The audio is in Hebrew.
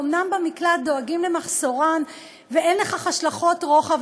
שאומנם במקלט דואגים למחסורן ואין לכך השלכות רוחב,